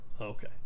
Okay